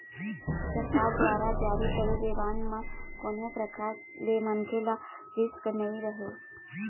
सरकार दुवारा जारी करे गे बांड म ही कोनो परकार ले मनखे ल रिस्क नइ रहय